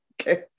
Okay